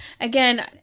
again